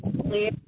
clear